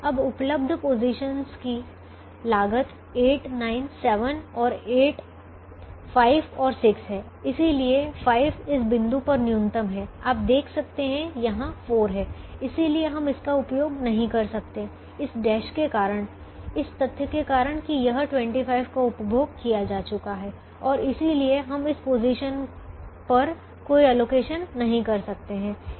अब उपलब्ध पोजीशन्स की लागत 8 9 7 और 8 5 और 6 है इसलिए 5 इस बिंदु पर न्यूनतम हैं आप देख सकते हैं की यहां 4 है लेकिन हम इसका उपयोग नहीं कर सकते हैं इस डैश के कारण इस तथ्य के कारण कि यह 25 का उपभोग किया जा चुका है और इसलिए हम इस पोजीशन पर कोई एलोकेशन नहीं कर सकते हैं